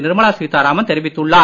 நிர்மலா சீத்தாராமன் தெரிவித்துள்ளார்